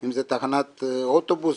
אם זה תחנת אוטובוס,